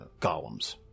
golems